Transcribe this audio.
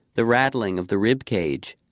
the rattling of the rib cage.